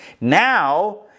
Now